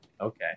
Okay